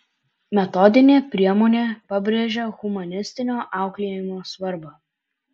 metodinė priemonė pabrėžia humanistinio auklėjimo svarbą